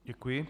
Děkuji.